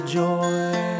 joy